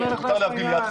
אני לא נכנס לעניין.